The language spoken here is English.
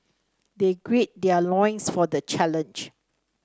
they gird their loins for the challenge